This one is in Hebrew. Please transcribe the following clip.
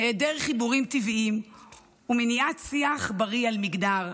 היעדר חיבורים טבעיים ומניעת שיח בריא על מגדר,